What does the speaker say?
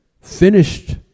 finished